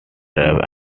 drives